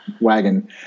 wagon